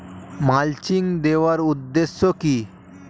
Mulching দেওয়ার উদ্দেশ্য কি?